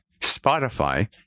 Spotify